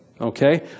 okay